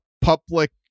public